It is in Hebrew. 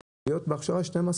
ואחרי כן לעבור הכשרה של שנה.